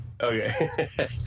Okay